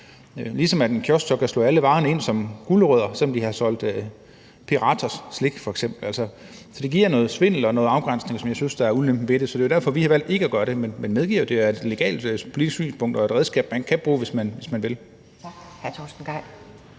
Ligesom at en kiosk så kan føre alle varerne ind som gulerødder, selv om de har solgt slik f.eks. Så det giver svindel og noget i forhold afgrænsning, hvilket jeg synes er ulempen ved det. Så det er derfor, vi har valgt ikke at gøre det. Men jeg medgiver, at det er et legalt politisk synspunkt og et redskab, man kan bruge, hvis man vil.